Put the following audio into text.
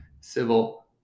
civil